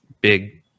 big